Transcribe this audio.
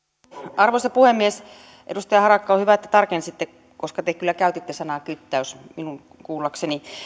arvoisa puhemies edustaja harakka on hyvä että tarkensitte koska te kyllä käytitte sanaa kyttäys minun kuullakseni